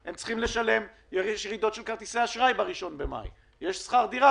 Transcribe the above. יש כרטיס אשראי שיורד ב-1 במאי, יש שכר דירה,